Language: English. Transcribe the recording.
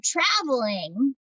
traveling